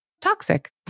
toxic